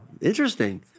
interesting